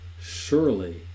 surely